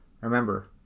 remember